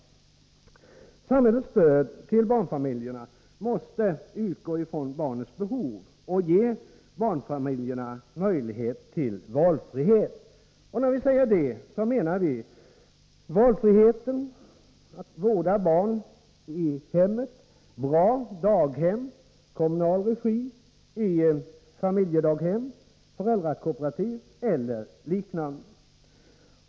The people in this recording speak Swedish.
Samhällets stöd till barnfamiljerna måste utgå från barnens behov och ge barnfamiljerna möjlighet till valfrihet. När vi säger det menar vi valfriheten att vårda barn i hemmet, att ha tillgång till bra daghem i kommunal regi, familjedaghem, föräldrakooperativ eller liknande.